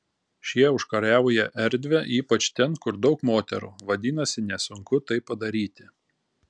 šie užkariauja erdvę ypač ten kur daug moterų vadinasi nesunku tai padaryti